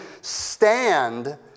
stand